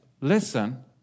Listen